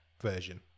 version